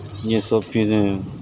یہ سب چیزیں